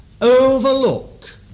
overlook